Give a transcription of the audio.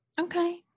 Okay